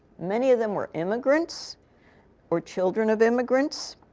many of them were immigrants or children of immigrants,